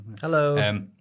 Hello